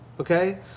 okay